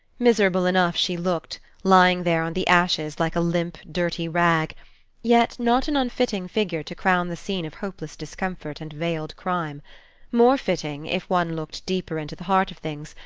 miserable enough she looked, lying there on the ashes like a limp, dirty rag yet not an unfitting figure to crown the scene of hopeless discomfort and veiled crime more fitting, if one looked deeper into the heart of things,